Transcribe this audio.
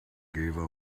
gave